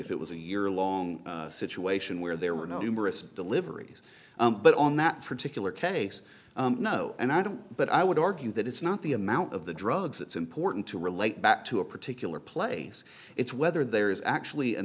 if it was a year long situation where there were numerous deliveries but on that particular case no and i don't but i would argue that it's not the amount of the drugs it's important to relate back to a particular place it's whether there is actually an